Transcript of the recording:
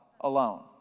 alone